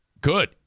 Good